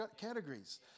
categories